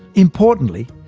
importantly,